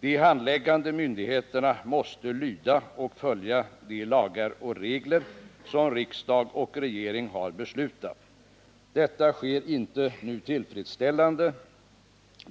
De handläggande myndigheterna måste lyda och följa de regler och lagar som riksdag och regering har beslutat. Detta sker inte tillfredsställande nu.